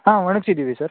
ಹಾಂ ಒಣಗ್ಸಿದ್ದೀವಿ ಸರ್